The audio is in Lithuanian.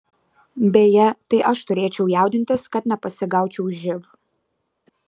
beje tai aš turėčiau jaudintis kad nepasigaučiau živ